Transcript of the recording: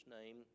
name